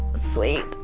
sweet